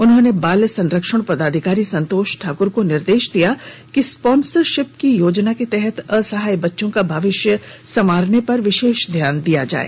उन्होंने बाल संरक्षण पदाधिकारी संतोष ठाकुर को निर्देश दिया कि स्पॉन्सरशिप की योजना के तहत असहाय बच्चों का भविष्य संवारने पर विशेष ध्यान दिया जाए